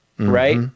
Right